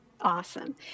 Awesome